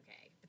okay